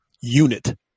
unit